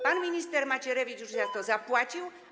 Pan minister Macierewicz już za to zapłacił.